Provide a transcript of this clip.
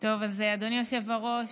אדוני היושב-ראש,